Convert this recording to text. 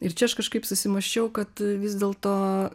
ir čia aš kažkaip susimąsčiau kad vis dėl to